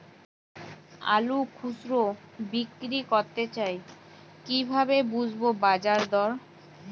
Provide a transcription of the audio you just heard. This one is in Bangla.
আলু খুচরো বিক্রি করতে চাই কিভাবে বুঝবো বাজার দর?